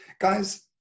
guys